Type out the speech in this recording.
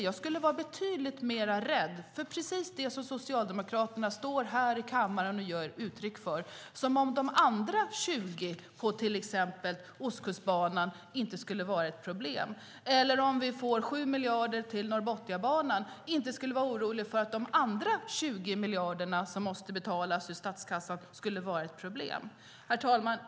Jag skulle vara betydligt mer rädd för precis det som Socialdemokraterna står här i kammaren och ger uttryck för - som om de ytterligare 20 miljarderna till Ostkustbanan inte skulle vara ett problem, eller som om de ytterligare 20 miljarderna som måste betalas från statskassan till Norrbotniabanan inte skulle vara ett problem om vi fick 7 miljarder. Herr talman!